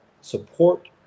support